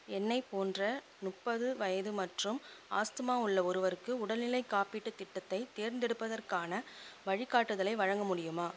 என்னைப் போன்ற முப்பது வயது மற்றும் ஆஸ்துமா உள்ள ஒருவருக்கு உடல்நிலைக் காப்பீட்டுத் திட்டத்தைத் தேர்ந்தெடுப்பதற்கான வழிகாட்டுதலை வழங்க முடியுமா